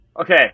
okay